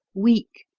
weak,